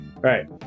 Right